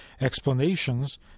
explanations